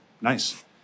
nice